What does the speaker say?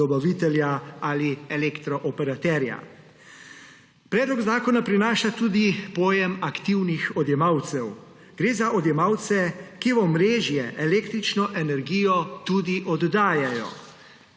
dobavitelja ali elektroperaterja. Predlog zakona prinaša tudi pojem aktivnih odjemalcev. Gre za odjemalce, ki v omrežje električno energijo tudi oddajajo.